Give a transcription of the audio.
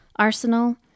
Arsenal